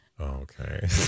Okay